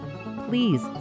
please